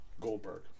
Goldberg